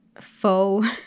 faux